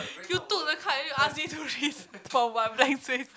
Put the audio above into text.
you took the card already you ask me to from my blank face